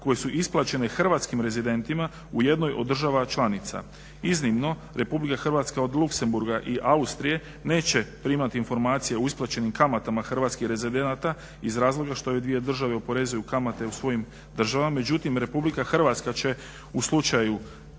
koje su isplaćene hrvatskim rezidentima u jednoj od država članica. Iznimno RH od Luksemburga i Austrije neće primati informacije o isplaćenim kamatama hrvatskih rezidenata iz razloga što ove dvije države oporezuju kamate u svojim državama, međutim RH će u slučaju